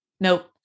Nope